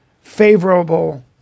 favorable